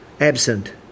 absent